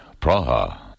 Praha